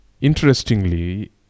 Interestingly